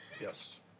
Yes